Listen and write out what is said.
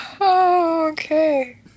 Okay